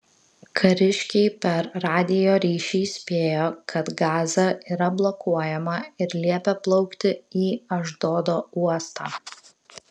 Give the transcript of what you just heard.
kariškiai per radijo ryšį įspėjo kad gaza yra blokuojama ir liepė plaukti į ašdodo uostą